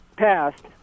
Passed